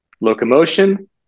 locomotion